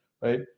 right